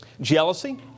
Jealousy